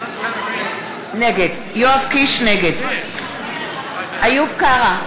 נגד איוב קרא,